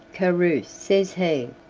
carus, says he,